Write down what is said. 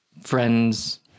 friends